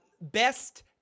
Best